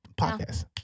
podcast